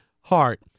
heart